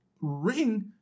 Ring